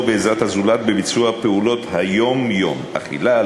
בעזרת הזולת בביצוע פעולות היום-יום: אכילה,